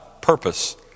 purpose